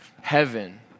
heaven